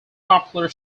popular